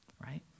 right